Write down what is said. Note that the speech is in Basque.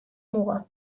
muga